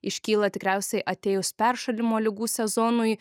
iškyla tikriausiai atėjus peršalimo ligų sezonui